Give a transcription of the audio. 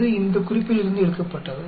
இது இந்த குறிப்பிலிருந்து எடுக்கப்பட்டது